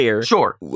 Sure